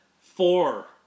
Four